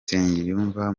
nsengiyumva